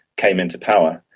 came into power,